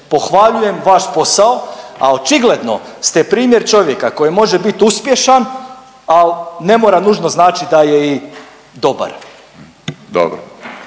pohvaljujem vaš posao, a očigledno ste primjer čovjeka koji može biti uspješan, ali ne mora nužno značiti da je i dobar.